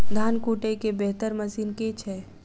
धान कुटय केँ बेहतर मशीन केँ छै?